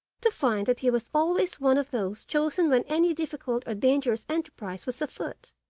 to find that he was always one of those chosen when any difficult or dangerous enterprise was afoot